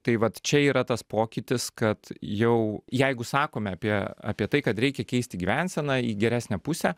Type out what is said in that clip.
tai vat čia yra tas pokytis kad jau jeigu sakome apie apie tai kad reikia keisti gyvenseną į geresnę pusę